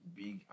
big